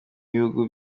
ibihugu